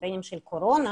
קמפיינים של קורונה,